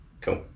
Cool